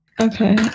okay